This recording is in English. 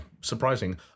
surprising